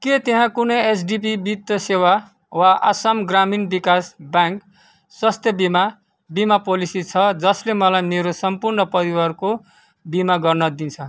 के त्यहाँ कुनै एचडिबी वित्त सेवा वा आसाम ग्रामीण विकास ब्याङ्क स्वास्थ्य बिमा बिमा पोलेसी छ जसले मलाई मेरो सम्पूर्ण परिवारको बिमा गर्न दिन्छ